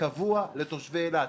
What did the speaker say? קבוע לתושבי אילת,